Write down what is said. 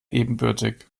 ebenbürtig